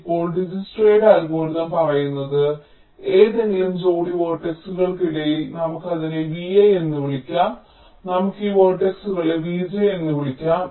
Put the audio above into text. ഇപ്പോൾ ഡിജ്ക്സ്ട്രയുടെ അൽഗോരിതം പറയുന്നത് ഏതെങ്കിലും ജോഡി വേർട്ടക്സുകൾക്കിടയിൽ നമുക്ക് അതിനെ vi എന്ന് വിളിക്കാം നമുക്ക് ഈ വേർട്ടക്സുകളെ vj എന്ന് വിളിക്കാം